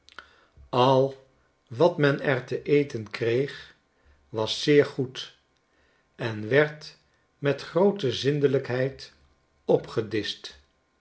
al wat men er te eten kreeg was zeer goed en werd met groote zindelijkheid opgedischt